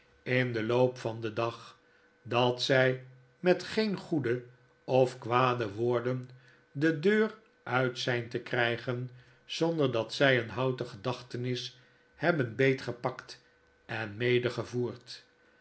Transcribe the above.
in den loop van den dag dat zjj met geen goede of kwade woorden de deur uit zjn te krggen zonder dat zy een houten gedachtenis hebben